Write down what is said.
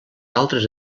altres